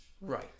Right